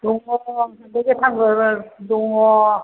दङ हालदै गोथांबो दङ